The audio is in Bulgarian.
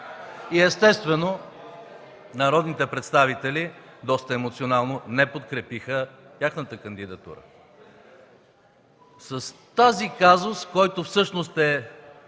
И естествено народните представители доста емоционално не подкрепиха тяхната кандидатура. С този казус, който всъщност е